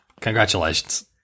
Congratulations